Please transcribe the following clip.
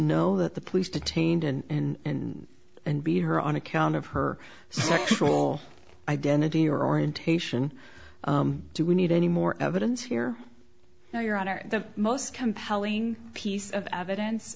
know that the police detained and and beat her on account of her sexual identity or orientation do we need any more evidence here now your honor the most compelling piece of evidence